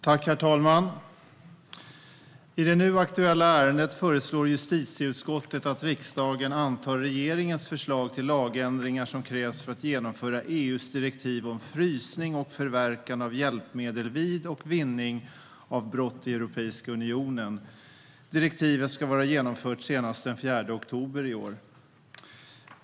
Herr talman! I det nu aktuella ärendet föreslår justitieutskottet att riksdagen antar regeringens förslag till lagändringar som krävs för att genomföra EU:s direktiv om frysning och förverkande av hjälpmedel vid och vinning av brott i Europeiska unionen. Direktivet ska vara genomfört senast den 4 oktober i år.